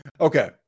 Okay